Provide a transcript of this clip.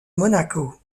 monaco